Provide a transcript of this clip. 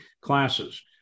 classes